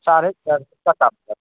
साढ़े चारि सए टका लागि जायत